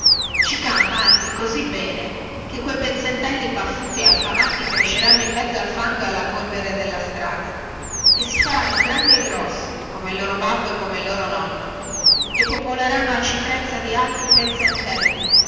ci campa anzi così bene che quei pezzentelli paffuti e affamati cresceranno in mezzo al fango e alla polvere della strada e si faranno grandi e grossi come il loro babbo e come il loro nonno e popoleranno aci trezza di altri pezzentelli